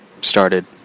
started